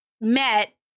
met